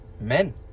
men